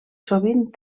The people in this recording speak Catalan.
sovint